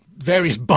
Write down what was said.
Various